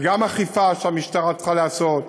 וגם אכיפה שהמשטרה צריכה לעשות,